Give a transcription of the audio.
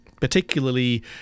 particularly